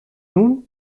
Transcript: nun